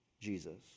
Jesus